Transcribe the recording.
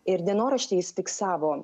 ir dienorašty jis fiksavo